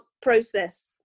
process